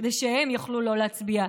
כדי שהם יוכלו לא להצביע.